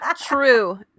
True